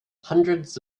hundreds